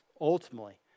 Ultimately